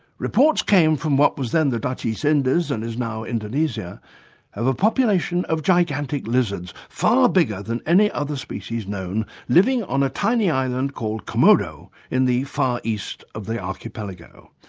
reports came from what was then the dutch east indies and is now indonesia of a population of gigantic lizards, far bigger than any other species known, living on a tiny island called komodo in the far east of the archipelago.